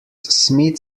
smith